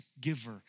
giver